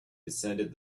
descended